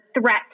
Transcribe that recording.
threat